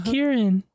Kieran